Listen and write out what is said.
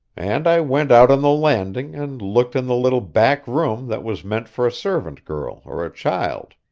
and i went out on the landing and looked in the little back room that was meant for a servant girl or a child.